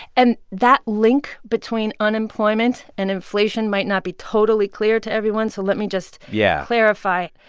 and that link between unemployment and inflation might not be totally clear to everyone, so let me just. yeah. clarify.